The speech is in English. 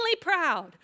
proud